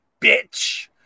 bitch